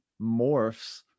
morphs